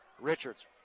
Richards